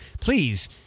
Please